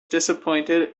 disappointed